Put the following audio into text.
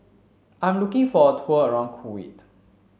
I'm looking for a tour around Kuwait